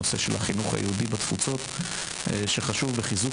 הנושא של החינוך היהודי בתפוצות שחשוב בחיזוק